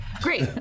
Great